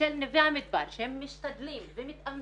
ושל נווה מדבר, שהם משתדלים והם מתאמצים,